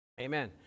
Amen